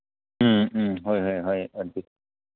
ꯎꯝ ꯎꯝ ꯍꯣꯏ ꯍꯣꯏ ꯍꯣꯏ ꯑꯗꯨ